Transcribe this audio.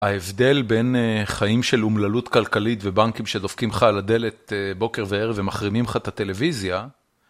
ההבדל בין חיים של אומללות כלכלית ובנקים שדופקים לך על הדלת בוקר וערב ומחרימים לך את הטלוויזיה,